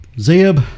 Zeb